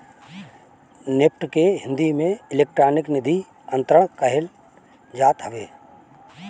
NEFT के हिंदी में electronic निधि अंतरण कहल जात हवे